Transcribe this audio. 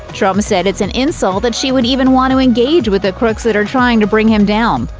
trump said it's an insult that she would even want to engage with the crooks that are trying to bring him down.